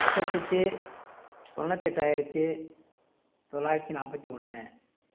எட்டு லட்சத்து தொண்ணூற்றி எட்டாயிரத்து தொள்ளாயிரத்தி நாற்பத்தி ஒன்று